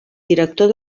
director